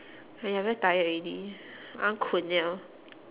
!aiya! very tired already I want kun [liao]